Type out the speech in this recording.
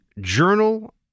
journal